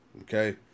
okay